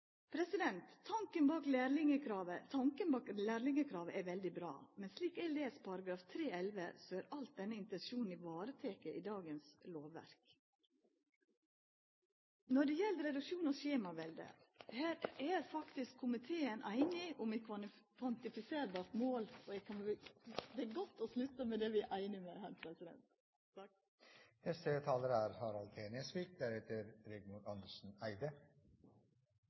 koma. Tanken bak lærlingkravet er veldig bra. Men slik eg les § 3-11, er denne intensjonen alt vareteken i dagens lovverk. Når det gjeld reduksjon av skjemavelde, er faktisk komiteen einig om eit kvantifiserbart mål. Det er godt å slutta med det vi er einige om. Representantene fra Kristelig Folkeparti har fremmet en